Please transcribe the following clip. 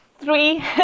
three